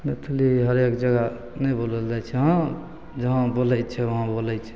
मैथिली हरेक जगह नहि बोलल जाइ छै हँ जहाँ बोलय छै वहाँ बोलय छै